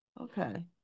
Okay